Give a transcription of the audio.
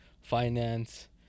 finance